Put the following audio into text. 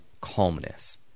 calmness